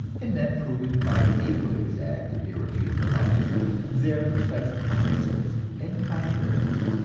and then proving by equally exact and irrefutable logic their precise opposites and contraries.